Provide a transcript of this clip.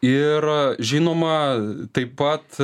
ir žinoma taip pat